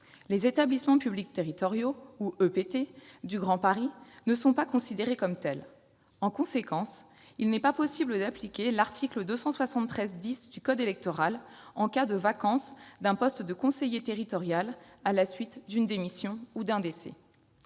Les établissements publics territoriaux du Grand Paris ne sont pas considérés comme tels. En conséquence, il n'est pas possible d'appliquer l'article L. 273-10 du code électoral en cas de vacance d'un poste de conseiller à la suite d'une démission ou d'un décès.